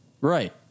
Right